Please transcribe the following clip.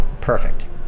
Perfect